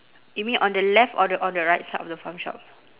you mean on the left or the or the right side of the farm shop